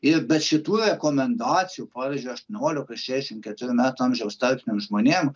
ir be šitų rekomendacijų pavyzdžiui aštuoniolikos šešiasdešimt keturių metų amžiaus tarpsnio žmonėm